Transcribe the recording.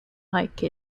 hike